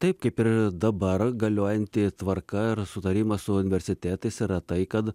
taip kaip ir dabar galiojanti tvarka ir sutarimas su universitetais yra tai kad